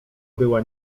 była